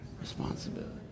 Responsibility